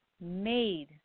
made